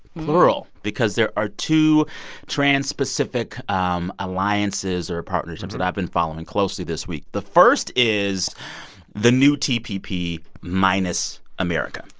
plural because there are two trans-pacific um alliances or partnerships that i've been following closely this week. the first is the new tpp minus america.